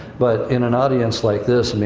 but, in an audience like this, i mean